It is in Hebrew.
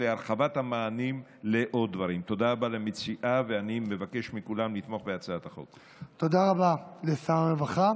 תודה רבה לשר הרווחה.